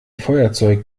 feuerzeug